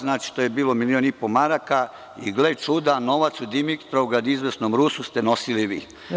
Znači, to je bilo milion i po maraka i gle čuda, novac u Dimitrovgrad izvesnom Rusu ste nosili vi.